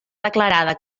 declarada